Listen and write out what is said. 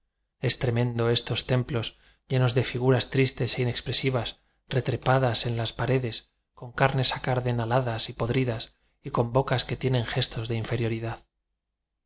tremendo estos templos llenos de figuras tristes e inexpresivas retrepadas en las paredes con carnes acardenaladas y podri das y con bocas que tienen gestos de infe